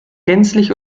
gänzlich